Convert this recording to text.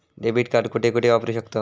Debit card कुठे कुठे वापरू शकतव?